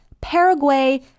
Paraguay